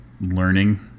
learning